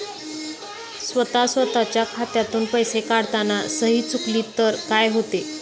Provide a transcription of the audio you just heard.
स्वतः स्वतःच्या खात्यातून पैसे काढताना सही चुकली तर काय होते?